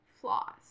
flaws